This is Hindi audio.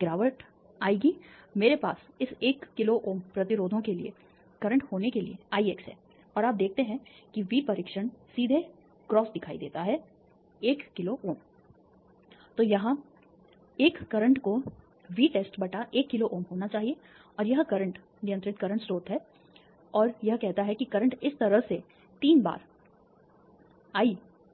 गिरावट आई है मेरे पास इस 1 किलोΩ प्रतिरोधों के लिए वर्तमान होने के लिए Ix है और आप देखते हैं कि वी परीक्षण सीधे क्रॉस दिखाई देता है 1 किलोΩ तो यहाँ 1 करंट को V टेस्ट 1 किलोΩ होना चाहिए और यह करंट नियंत्रित करंट सोर्स है और यह कहता है कि करंट इस तरह से 3 बार I x